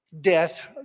death